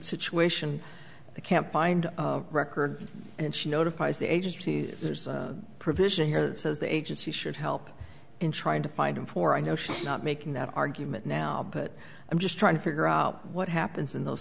situation they can't find records and she notifies the agency there's a provision here that says the agency should help in trying to find him for i know she's not making that argument now but i'm just trying to figure out what happens in those